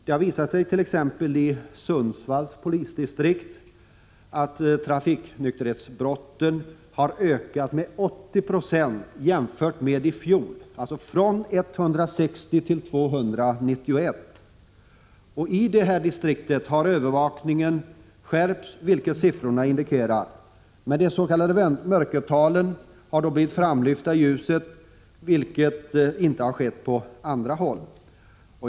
Det har visat sig t.ex. i Sundsvalls polisdistrikt att trafiknykterhetsbrotten har ökat med 80 96 jämfört med i fjol, från 160 till 291. I det distriktet har övervakningen skärpts, vilket siffrorna indikerar. De s.k. mörkertalen har då blivit framlyfta i ljuset, vilket inte skett på andra håll.